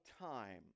time